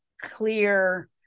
clear